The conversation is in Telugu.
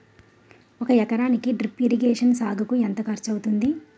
ఒక ఎకరానికి డ్రిప్ ఇరిగేషన్ సాగుకు ఎంత ఖర్చు అవుతుంది?